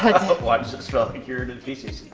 why does it smell like urine and feces?